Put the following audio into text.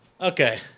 Okay